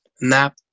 nap